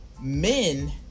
men